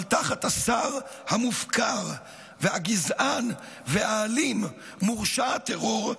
אבל תחת השר המופקר, הגזען, האלים, מורשע הטרור,